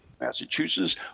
Massachusetts